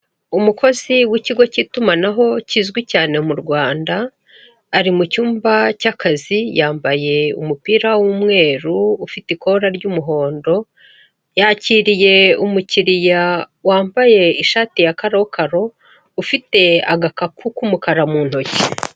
Umukozi w'ikigo cy'itumanaho kizwi cyane mu Rwanda, ari mucyumba cy'akazi yambaye umupira w'umweru ufite ikora ry'umuhondo, yakiriye umukiriya wambaye ishati ya karokaro, ufite agakapu k'umukara mu ntoki.